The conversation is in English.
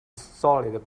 solid